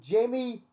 Jamie